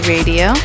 Radio